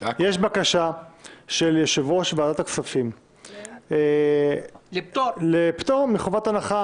יש בקשה של יושב-ראש ועדת הכספים לפטור מחובת הנחה.